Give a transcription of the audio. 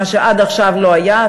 מה שעד עכשיו לא היה,